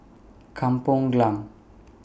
Kampong Glam